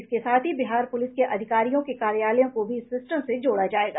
इसके साथ ही बिहार पुलिस के अधिकारियों के कार्यालयों को भी इस सिस्टम से जोड़ा जायेगा